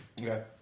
Okay